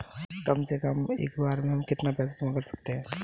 कम से कम एक बार में हम कितना पैसा जमा कर सकते हैं?